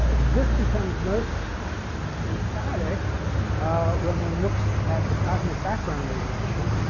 this becomes most emphatic ah when one looks at the cosmic background radiation,